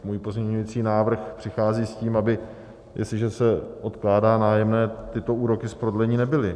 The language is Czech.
Můj pozměňovací návrh přichází s tím, aby jestliže se odkládá nájemné, tyto úroky z prodlení nebyly.